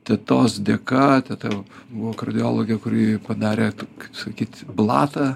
tetos dėka teta jau buvo kardiologė kurį padarė kaip sakyt blatą